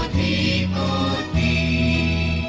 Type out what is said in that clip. eee e